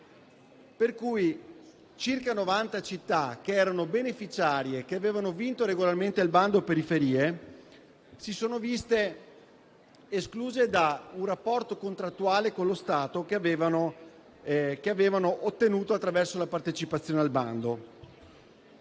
per cui circa 90 città, che avevano vinto regolarmente il bando periferie, si sono viste escluse da un rapporto contrattuale con lo Stato che avevano ottenuto attraverso la partecipazione al bando.